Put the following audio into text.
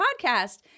podcast